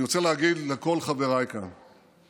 אני רוצה להגיד לכל חבריי כאן ,